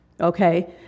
Okay